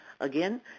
Again